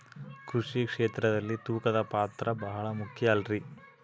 ಕೃಷಿ ಕ್ಷೇತ್ರದಲ್ಲಿ ತೂಕದ ಪಾತ್ರ ಬಹಳ ಮುಖ್ಯ ಅಲ್ರಿ?